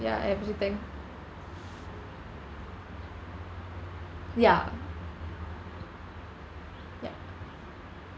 ya everything ya ya